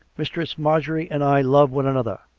mistress marjorie and i love one another.